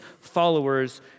followers